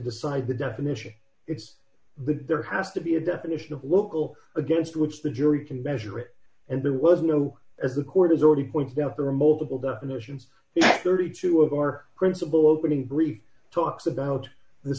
decide the definition it's there has to be a definition of local against which the jury can measure it and there was no as the court has already pointed out there are multiple definitions thirty two of our principal opening three talks about the